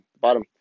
bottom